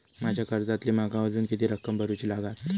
माझ्या कर्जातली माका अजून किती रक्कम भरुची लागात?